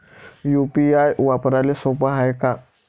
UPI वापराले सोप हाय का?